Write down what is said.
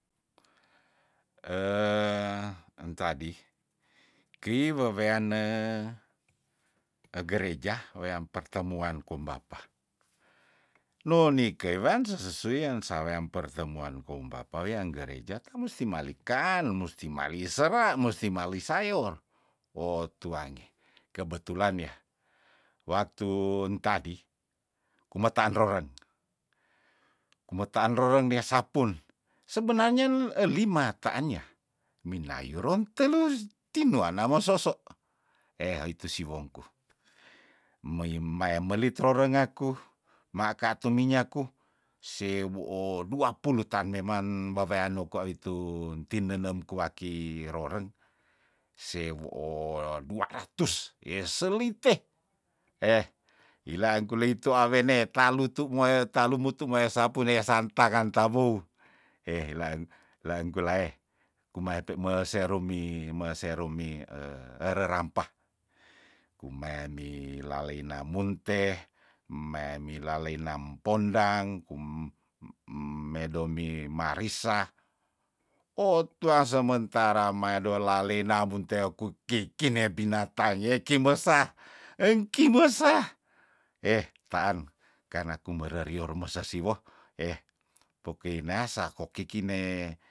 entadi kei weweane kegereja weam pertemuan kaum bapa noni kei wean sesesuian saweam pertemuan koum bapa wean gereja tamusti mali kan musti malisera musti malisayor otuange kebetulan yah waktu entadi kumetaan roren kumetaan roreng neah sapun sebenarnyan elimat taannya minayur ron telus tinuana mososo heh itu siwongku mei maya melit rorengakuh maka tuminyaku se buo dua pulutan meman waweano kwa witu tinenem kuaki roreng sewu oh dua ratus eselite eh ilaang kulei tuawenee talutu moya talumutu moya sapu neas santa gantabou ehlang langkulaeh kumaya pe me serumi me serumi ererampah kumean mi laleina munte meami laleina pondang kum eem medomi marisa otuang sementara maedo lalena bunteokuki kine binatangnge eh kimesah engkimesah eh taan karna kumererior mesesiwoh eh pokei neasa koki kine